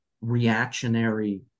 reactionary